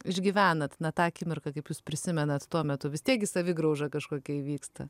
išgyvenat na tą akimirką kaip jūs prisimenat tuo metu vis tiek gi savigrauža kažkokia įvyksta